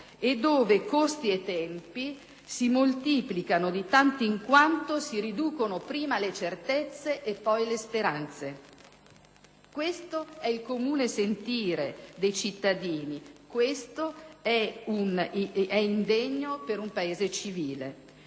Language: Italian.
e dove costi e tempi si moltiplicano di tanto in quanto si riducono prima le certezze e poi le speranze. Questo è il comune sentire dei cittadini, questo è indegno per un Paese civile.